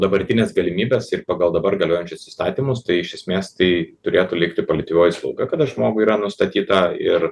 dabartinės galimybės ir pagal dabar galiojančius įstatymus tai iš esmės tai turėtų likti paliatyvioji slauga kada žmogui yra nustatyta ir